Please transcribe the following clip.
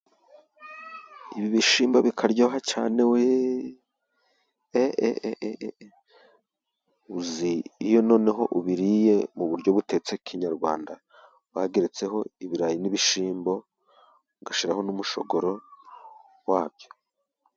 Ibi bishyimbo bikaryoha cyane we! eeee! uzi iyo noneho ubiriye mu buryo butetse kinyarwanda bageretseho ibirayi n'ibishyimbo ugashyiraho n'umushogoro wabyo.